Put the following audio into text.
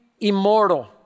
immortal